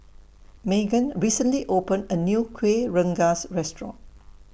Meghann recently opened A New Kuih Rengas Restaurant